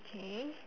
okay